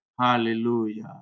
Hallelujah